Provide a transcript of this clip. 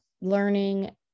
learning